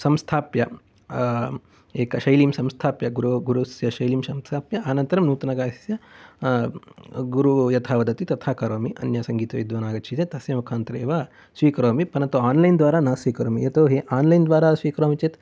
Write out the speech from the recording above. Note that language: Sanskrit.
संस्थाप्य एक शैलीं संस्थाप्य गुरु गुरुस्य शैलीं संस्थाप्य अनन्तरं नूतनगायस्य गुरुः यथा वदति तथा करोमि अन्य सङ्गीतविद्वान् आगच्छति तस्य मुखान्तरे एव स्वीकरोमि परन्तु आन्लैन् द्वारा न स्वीकरोमि यतो हि आन्लैन् द्वारा स्वीकरोमि चेत्